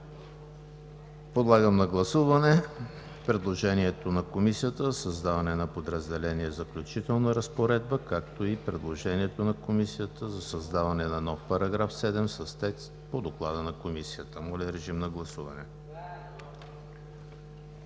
Подлагам на гласуване предложението на Комисията за създаване на подразделение „Заключителна разпоредба“, както и предложението на Комисията за създаване на нов § 7 с текст по Доклада на Комисията. ПРЕДСЕДАТЕЛ ВАЛЕРИ